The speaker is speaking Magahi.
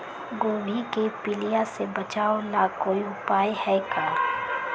गोभी के पीलिया से बचाव ला कोई उपाय है का?